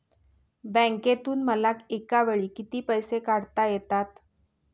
बँकेतून मला एकावेळी किती पैसे काढता येतात?